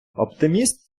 оптиміст